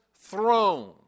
throne